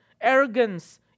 arrogance